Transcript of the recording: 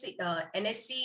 NSC